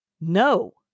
No